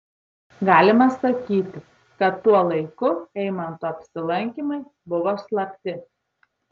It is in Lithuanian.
galima sakyti kad tuo laiku eimanto apsilankymai buvo slapti